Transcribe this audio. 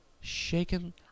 Shaken